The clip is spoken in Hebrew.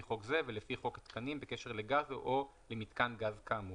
חוק זה ולפי חוק התקנים בקשר לגז או למיתקן גז כאמור.